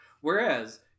Whereas